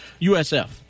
USF